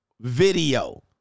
video